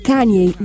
Kanye